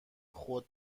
خود